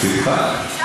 בשמחה.